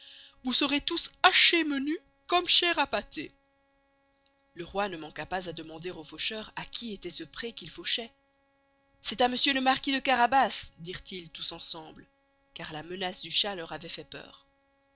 vous serez tous hachez menu comme chair à pasté le roy ne manqua pas à demander aux faucheurs à qui estoit ce pré qu'ils fauchoient c'est à monsieur le marquis de carabas dirent-ils tous ensemble car la menace du chat leur avoit fait peur